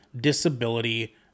disability